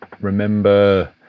remember